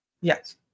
yes